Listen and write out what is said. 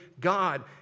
God